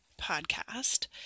podcast